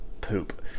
poop